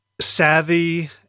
savvy